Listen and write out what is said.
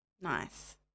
nice